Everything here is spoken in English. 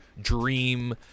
dream